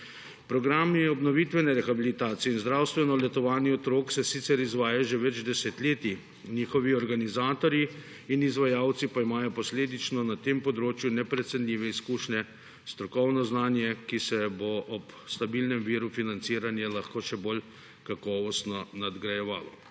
Programi obnovitvene rehabilitacije in zdravstveno letovanje otrok se sicer izvajajo že več desetletij, njihovi organizatorji in izvajalci pa imajo posledično na tem področju neprecenljive izkušnje, strokovno znanje, ki se bo ob stabilnem viru financiranja lahko še bolj kakovostno nadgrajevalo.